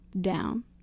down